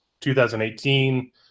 2018